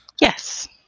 Yes